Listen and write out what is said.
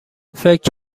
فکر